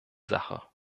sache